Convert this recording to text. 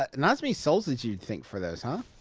but not as many souls as you'd think for those, huh?